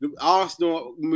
Arsenal